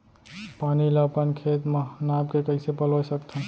पानी ला अपन खेत म नाप के कइसे पलोय सकथन?